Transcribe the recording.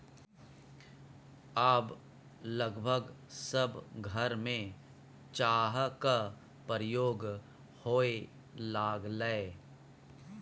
आब लगभग सभ घरमे चाहक प्रयोग होए लागलै